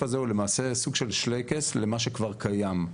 הזה הוא למעשה סוג של שלייקס למה שכבר קיים.